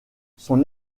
son